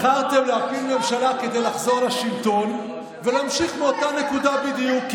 בחרתם להפיל ממשלה בשביל לחזור לשלטון ולהמשיך מאותה נקודה בדיוק,